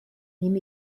nehme